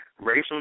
racial